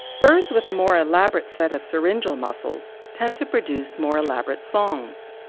birds with a more elaborate set of syringeal muscles tend to produce more elaborate songs.